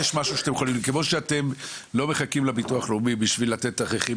כמו שאתם לא מחכים לביטוח הלאומי בשביל לתת תכריכים